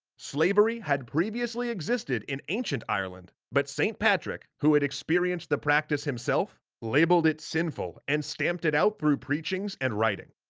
slavery had previously existed in ancient ireland, but saint patrick, who had experienced the practice himself, labeled it sinful, and stamped it out through preachings and writing.